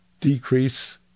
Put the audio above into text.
decrease